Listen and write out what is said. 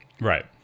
Right